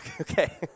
Okay